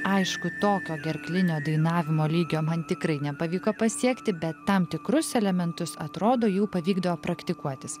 aišku tokio gerklinio dainavimo lygio man tikrai nepavyko pasiekti bet tam tikrus elementus atrodo jau pavykdavo praktikuotis